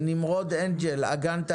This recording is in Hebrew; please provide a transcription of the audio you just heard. פעם